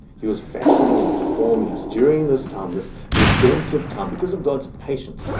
he was fashioning and forming us during this time, this redemptive time because of god's patience,